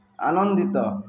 ଆନନ୍ଦିତ